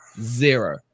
Zero